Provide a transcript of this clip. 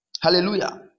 Hallelujah